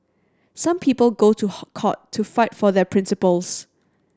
some people go to hot court to fight for their principles